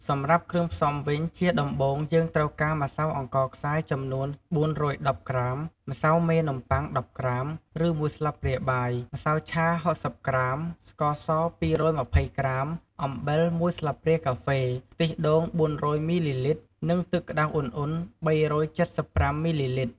សម្រាប់់គ្រឿងផ្សំវិញ ជាដំបូង យើងត្រូវការម្សៅអង្ករខ្សាយចំនួន ៤១០ក្រាម ម្សៅមេនំបុ័ង ១០ក្រាម ឬ មួយស្លាបព្រាបាយ ម្សៅឆា ៦០ក្រាម ស្ករស ២២០ក្រាម អំបិល មួយស្លាបព្រាកាហ្វេ ខ្ទិះដូង ៤០០មីលីលីត្រ និងទឹកក្ដៅឧណ្ហៗ ៣៧៥ មីលីលីត្រ។